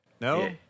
No